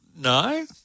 No